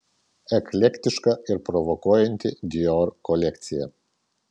eklektiška ir provokuojanti dior kolekcija